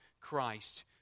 Christ